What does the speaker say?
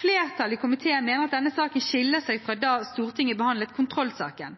Flertallet i komiteen mener at denne saken skiller seg fra da Stortinget behandlet kontrollsaken.